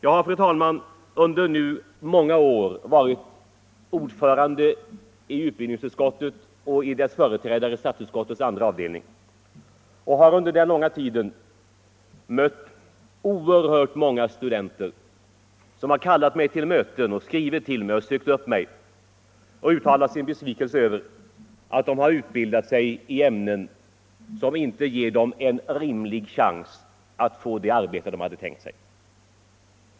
Jag har under många år varit ordförande i utbildningsutskottet och dess företrädare, statsutskottets andra avdelning, och under den långa tiden har jag mött oerhört många studenter som kallat mig till möten, skrivit till mig eller sökt upp mig och uttalat sin besvikelse över att de har utbildat sig i ämnen som inte ger dem en rimlig chans att få det arbete de hade tänkt sig.